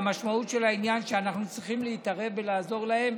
המשמעות של העניין היא שאנחנו צריכים להתערב ולעזור להם